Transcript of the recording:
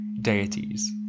Deities